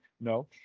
No